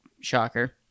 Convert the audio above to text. Shocker